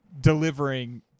delivering